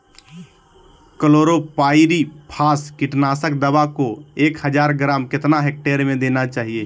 Chlorpyrifos कीटनाशक दवा को एक हज़ार ग्राम कितना हेक्टेयर में देना चाहिए?